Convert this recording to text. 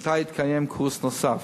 5. מתי יתקיים קורס נוסף?